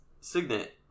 signet